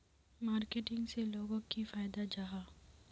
Marketing से लोगोक की फायदा जाहा?